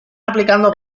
aplicando